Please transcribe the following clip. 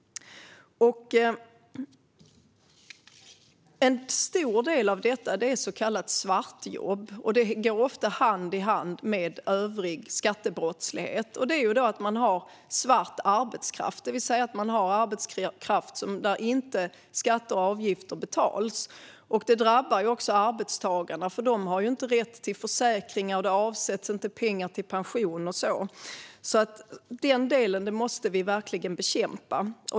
En stor del av detta är så kallade svartjobb. De går ofta hand i hand med övrig skattebrottslighet. Att man har svart arbetskraft innebär att skatter och avgifter inte betalas. Detta drabbar också arbetstagarna; de har inte rätt till försäkringar, det avsätts inte pengar till pension och så vidare. Den delen måste vi verkligen bekämpa.